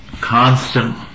constant